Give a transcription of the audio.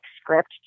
script